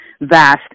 vast